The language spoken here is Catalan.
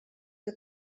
que